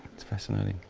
that's fascinating.